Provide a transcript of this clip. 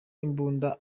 imbunda